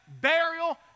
burial